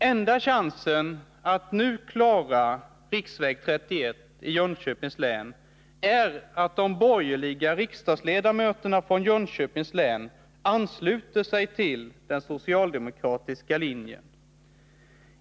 Enda chansen att nu klara riksväg 31 i Jönköpings län är att de borgerliga riksdagsledamöterna från Jönköpings län följer den socialdemokratiska linjen.